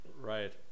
right